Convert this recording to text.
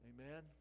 Amen